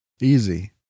Easy